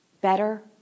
better